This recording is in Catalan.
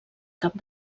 cap